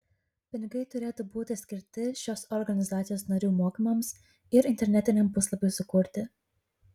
pinigai turėtų būti skirti šios organizacijos narių mokymams ir internetiniam puslapiui sukurti